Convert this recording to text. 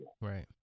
Right